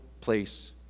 place